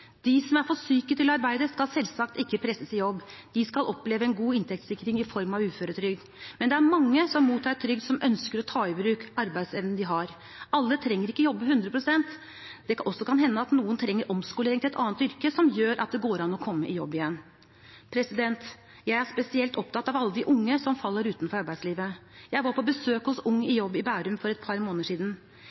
De som er for syke til å arbeide, skal selvsagt ikke presses ut i jobb. De skal oppleve en god inntektssikring i form av uføretrygd. Men det er mange som mottar trygd, som ønsker å ta i bruk arbeidsevnen de har. Alle trenger ikke jobbe hundre prosent. Det kan også hende at noen trenger omskolering til et annet yrke, som gjør at det går an å komme i jobb igjen. Jeg er spesielt opptatt av alle de unge som faller utenfor arbeidslivet. Jeg var på besøk hos Ung i Jobb i Bærum for et par måneder siden.